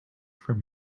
from